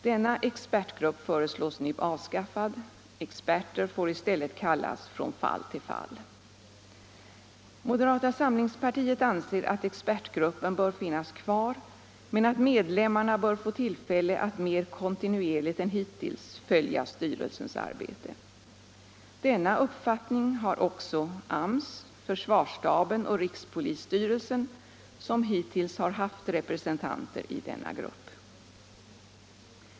Denna expertgrupp föreslås nu bli avskaffad. Experter får i stället kallas från fall till fall. Moderata samlingspartiet anser att expertgruppen bör finnas kvar men att medlemmarna bör få tillfälle att mer kontinuerligt än hittills följa styrelsens arbete. Denna uppfattning har även AMS, försvarsstaben och rikspolisstyrelsen, som hittills har haft representanter i denna grupp.